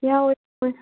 ꯌꯥꯎꯋꯦ ꯌꯥꯎꯋꯦ